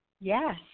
Yes